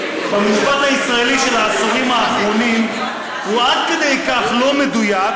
במשפט הישראלי של העשורים האחרונים הוא עד כדי כך לא מדויק,